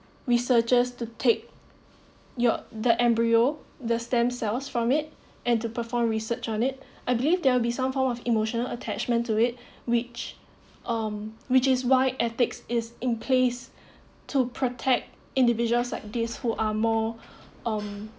researchers to take your the embryo the stem cells from it and to perform research on it I believe there will be some form of emotional attachment to it which um which is why ethics is in place to protect individuals like this who are more um